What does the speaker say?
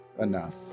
enough